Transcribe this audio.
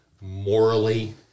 morally